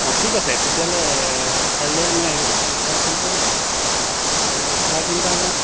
অঁ ঠিক আছে তেতিয়াহ'লে কাইলৈ মই হেৰি এটা কাম কৰোঁ এই চাৰে তিনিটামান